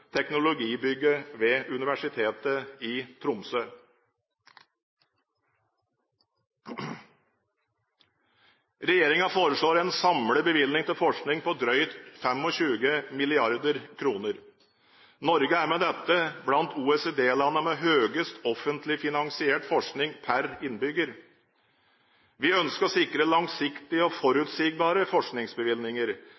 teknologibygget ved Universitetet i Tromsø. Regjeringen foreslår en samlet bevilgning til forskning på drøyt 25 mrd. kr. Norge er med dette blant OECD-landene med høyest offentlig finansiert forskning per innbygger. Vi ønsker å sikre langsiktige og